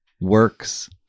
works